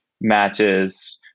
matches